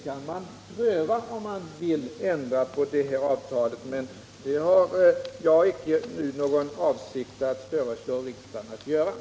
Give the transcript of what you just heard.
Man kan pröva huruvida man vill ändra detta avtal, men jag har nu inte någon avsikt att föreslå riksdagen att göra det.